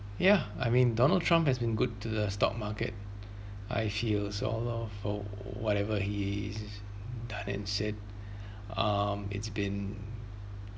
ya I mean donald trump has been good to the stock market I feel so long for whatever he is done and said um it's been